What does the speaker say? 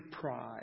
pride